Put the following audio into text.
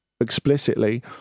explicitly